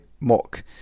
Mock